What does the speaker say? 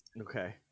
Okay